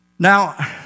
Now